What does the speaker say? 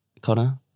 Connor